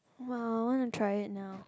!wow! I want to try it now